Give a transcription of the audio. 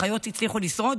האחיות הצליחו לשרוד,